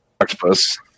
octopus